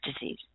disease